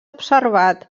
observat